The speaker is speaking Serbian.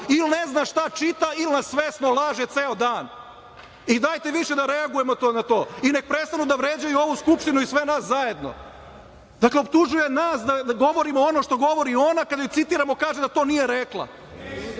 ne zna šta čita ili nas svesno laže ceo dan. Dajte više da reagujemo na to i nek prestanu da vređaju ovu Skupštinu i sve nas zajedno. Dakle, optužuje nas da govorimo ono, što ona govori i kada je citiramo, kaže da to nije rekla. Ne